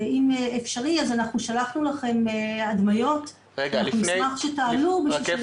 ואם אפשרי, שלחנו לכם הדמיות ונשמח שתעלו אותן.